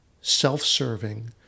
self-serving